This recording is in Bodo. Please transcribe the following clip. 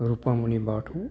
रुफामनि बाथौ